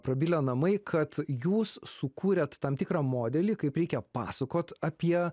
prabilę namai kad jūs sukūrėt tam tikrą modelį kaip reikia pasakot apie